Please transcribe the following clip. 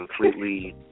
completely